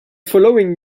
following